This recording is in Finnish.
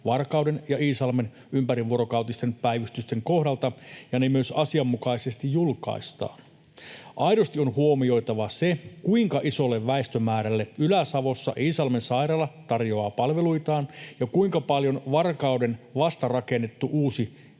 Varkauden ja Iisalmen ympärivuorokautisten päivystysten kohdalta ja ne myös asianmukaisesti julkaistaan. Aidosti on huomioitava se, kuinka isolle väestömäärälle Ylä-Savossa Iisalmen sairaala tarjoaa palveluitaan ja kuinka paljon Varkauden vasta rakennettu, uusi